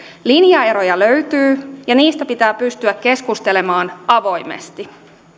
linjaeroja löytyy ja niistä pitää pystyä keskustelemaan avoimesti